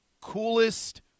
coolest